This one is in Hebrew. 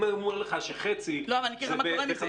אם הוא אומר לך שחצי זה ב-5.5%,